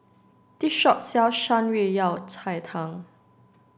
this shop sells Shan Rui Yao Cai Tang